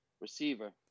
receiver